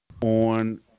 on